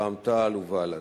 רע"ם-תע"ל ובל"ד.